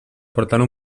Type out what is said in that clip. portant